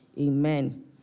amen